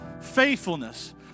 faithfulness